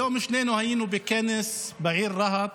היום שנינו היינו בכנס בעיר רהט